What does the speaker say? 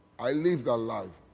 i lived the life.